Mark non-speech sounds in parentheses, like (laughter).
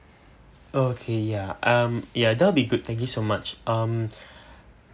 oh okay ya um ya that'll be good thank you so much um (breath)